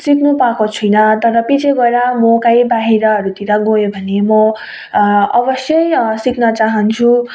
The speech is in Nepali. सिक्नु पाएको छुइनँ तर पछि गएर म काहीँ बाहिरहरूतिर गयो भने म अवश्यै सिक्न चाहन्छु